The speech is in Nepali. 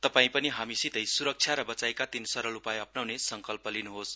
तपाई पनि हामीसितै सुरक्षा र वचाइका तीन सरल उपाय अप्नाउने संकल्प गर्नुहोस